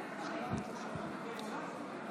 אתם תבינו.